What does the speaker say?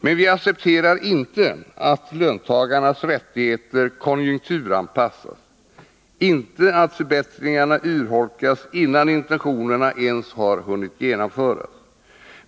Men vi accepterar inte att löntagarnas rättigheter konjunkturanpassas, inte att förbättringarna urholkas innan intentionerna ens har hunnit genomföras.